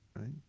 right